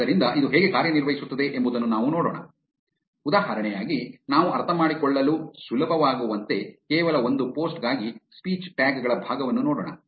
ಆದ್ದರಿಂದ ಇದು ಹೇಗೆ ಕಾರ್ಯನಿರ್ವಹಿಸುತ್ತದೆ ಎಂಬುದನ್ನು ನಾವು ನೋಡೋಣ ಉದಾಹರಣೆಯಾಗಿ ನಾವು ಅರ್ಥಮಾಡಿಕೊಳ್ಳಲು ಸುಲಭವಾಗುವಂತೆ ಕೇವಲ ಒಂದು ಪೋಸ್ಟ್ ಗಾಗಿ ಸ್ಪೀಚ್ ಟ್ಯಾಗ್ ಗಳ ಭಾಗವನ್ನು ನೋಡೋಣ